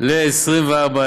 ל-24,000